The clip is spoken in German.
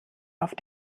auf